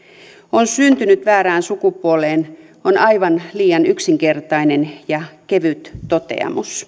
on syntynyt väärään sukupuoleen on aivan liian yksinkertainen ja kevyt toteamus